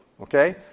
Okay